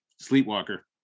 Sleepwalker